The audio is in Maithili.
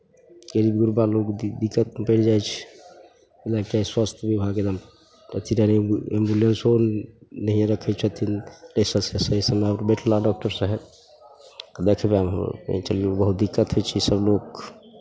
कि जे बुढ़बा लोक दिक्कतमे पड़ि जाइ छै लगै छै स्वास्थ्य विभाग एकदम अथि दए नहि एंबुलेंसों नहिए रखै छथिन बैठला डॉक्टर साहेब देखला मानि कऽ चलियौ बहुत दिक्कत होइ छै सभ लोक